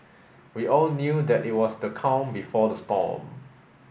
we all knew that it was the calm before the storm